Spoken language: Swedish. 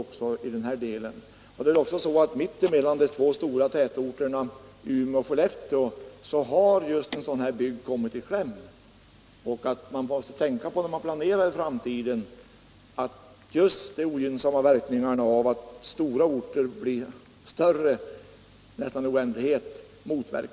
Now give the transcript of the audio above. Det är dessutom så, att en liknande bygd har kommit i kläm mitt emellan de båda tätorterna Umeå och Skellefteå, och man måste därför vid planeringen för framtiden tänka på att motarbeta de ogynnsamma verkningarna av att stora orter växer och blir större.